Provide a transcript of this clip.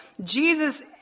Jesus